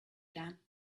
dan